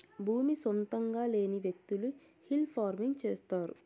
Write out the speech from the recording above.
భూమి సొంతంగా లేని వ్యకులు హిల్ ఫార్మింగ్ చేస్తారు